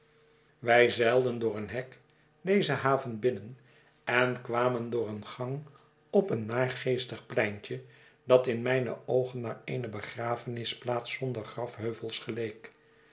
wij zeilden door een hek deze haven binnen en kwamen ioor een gang op een naargeestig pleintje dat in mijne oogen naar eene begraafplaats zonder grafheuvels geleek